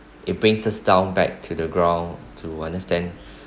it brings us down back to the ground to understand